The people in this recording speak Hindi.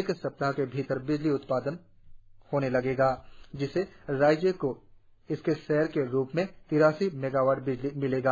एक सप्ताह के भीतर बिजली उत्पादन होने लगेगा जिसे राज्य को उसके शेयर के रुप में तिरासी मेगावाट बिजली मिल सकेगी